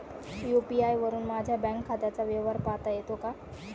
UPI वरुन माझ्या bank खात्याचा व्यवहार पाहता येतो का?